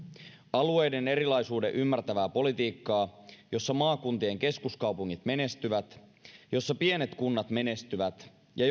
alueiden erilaisuuden ymmärtävää politiikkaa jossa maakuntien keskuskaupungit menestyvät jossa pienet kunnat menestyvät ja